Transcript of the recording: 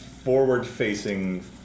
forward-facing